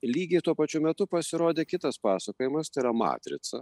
lygiai tuo pačiu metu pasirodė kitas pasakojimas tai yra matrica